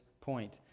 point